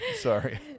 Sorry